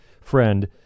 friend